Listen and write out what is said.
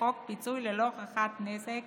-- פיצוי ללא הוכחת נזק